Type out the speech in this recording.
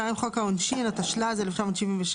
(2) חוק העונשין, התשל"ז-1977